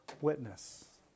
witness